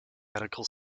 medical